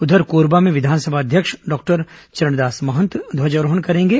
उधर कोरबा में विघानसभा अध्यक्ष डॉक्टर चरणदास महंत ध्वजारोहण करेंगे